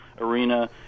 arena